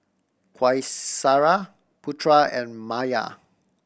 Qaisara Putra and Maya